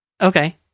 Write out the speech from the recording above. Okay